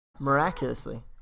Miraculously